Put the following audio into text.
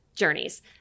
journeys